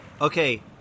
Okay